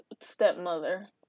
stepmother